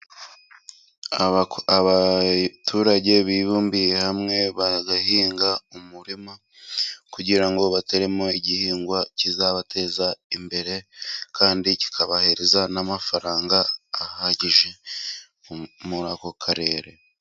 Abaturage bibumbiye hamwe bagahinga umurima kugira ngo bataremo igihingwa kizabateza imbere, kandi kikabahereza n'amafaranga ahagije muri ako karere.